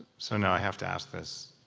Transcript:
so now i have to ask this,